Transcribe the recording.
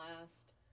last